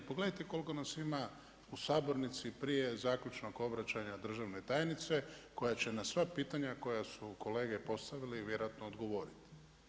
Pogledajte koliko nas ima u sabornici prije zaključnog obraćanja državne tajnice, koja će na sva pitanja, koja su kolege postavili, vjerojatno odgovoriti.